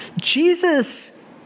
Jesus